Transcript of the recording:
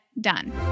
done